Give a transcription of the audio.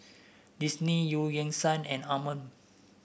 Disney Eu Yan Sang and Anmum